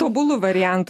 tobulu variantu